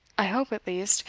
i hope, at least,